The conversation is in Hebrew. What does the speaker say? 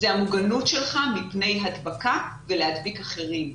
זאת המוגנות שלך מפני הדבקה ולהדביק אחרים,